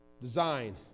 Design